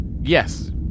Yes